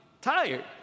tired